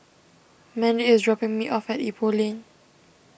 Mendy is dropping me off at Ipoh Lane